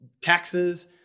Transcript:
taxes